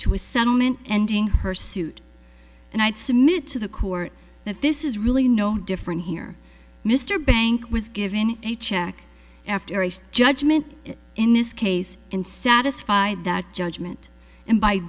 to a settlement ending her suit and i'd submit to the court that this is really no different here mr bank was given a check after east judgment in this case and satisfied that judgment and by